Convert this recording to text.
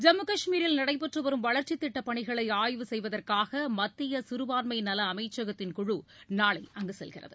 ஜம்மு கஷ்மீரில் நடைபெற்று வரும் வளர்ச்சித் திட்டப்பணிகளை ஆய்வு செய்வதற்காக மத்திய சிறுபான்மை நல அமைச்சகத்தின் குழு நாளை அங்கு செல்கிறது